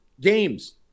games